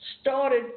started